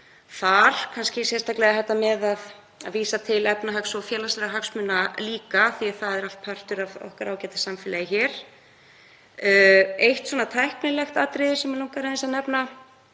þar, kannski sérstaklega þetta með að vísa líka til efnahags- og félagslegra hagsmuna því að það er allt partur af okkar ágæta samfélagi. Eitt tæknilegt atriði sem mig langar aðeins